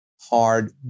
hard